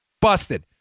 Busted